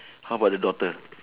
how about the daughter